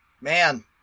man